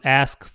ask